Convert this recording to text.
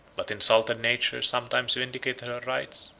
but insulted nature sometimes vindicated her rights,